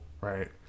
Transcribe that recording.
right